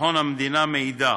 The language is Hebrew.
וביטחון המדינה מאידך.